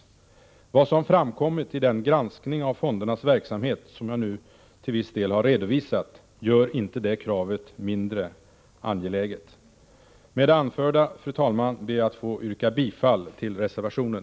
Vad som framkommit i den granskning av fondernas verksamhet som jag nu har redovisat till viss del gör inte det kravet mindre angeläget. Med det anförda, fru talman, ber jag att få yrka bifall till reservationen.